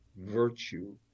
virtue